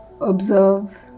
observe